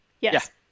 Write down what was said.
Yes